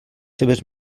seves